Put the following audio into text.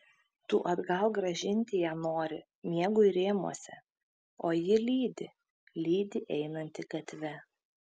tu atgal grąžinti ją nori miegui rėmuose o ji lydi lydi einantį gatve